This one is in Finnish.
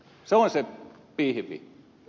se on se pihvi